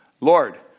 Lord